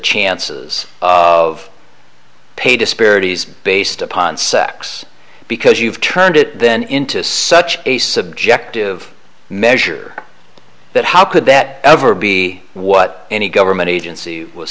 chances of pay disparities based upon sex because you've turned it then into such a subjective measure that how could that ever be what any government agency was